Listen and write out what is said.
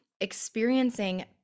experiencing